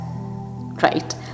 Right